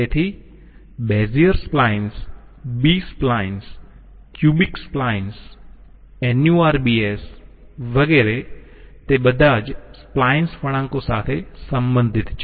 તેથી Bezier splines B splines cubic splines NURBS વગેરે તે બધા જ સપ્લાઈન્સ વળાંકો સાથે સંબંધિત છે